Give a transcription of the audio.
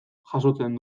jasotzen